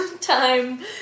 time